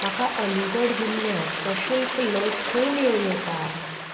म्हाका अलीगढ जिल्ल्यांत सशुल्क लस खंय मेळूं येता